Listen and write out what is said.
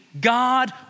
God